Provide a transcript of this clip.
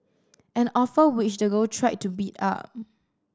an offer which the girl tried to beat up